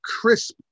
crisp